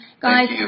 Guys